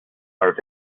are